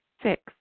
Six